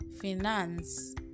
finance